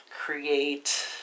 create